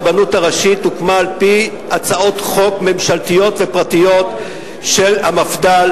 הרבנות הראשית הוקמה על-פי הצעות חוק ממשלתיות ופרטיות של המפד"ל,